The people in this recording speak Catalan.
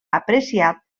apreciat